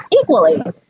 equally